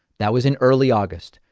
that was in early august.